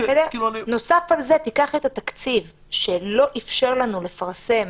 נוסף על זה, תיקח את התקציב שלא אפשר לנו לפרסם